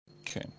Okay